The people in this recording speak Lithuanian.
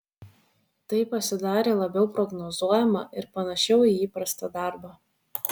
tai pasidarė labiau prognozuojama ir panašiau į įprastą darbą